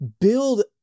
build